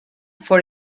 for